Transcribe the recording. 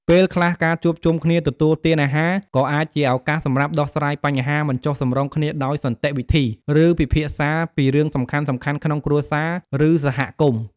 ពេលខ្លះ ការជួបជុំគ្នាទទួលទានអាហារ ក៏អាចជាឱកាសសម្រាប់ដោះស្រាយបញ្ហាមិនចុះសម្រុងគ្នាដោយសន្តិវិធី ឬពិភាក្សាពីរឿងសំខាន់ៗក្នុងគ្រួសារ ឬសហគមន៍។